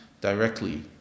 directly